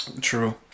True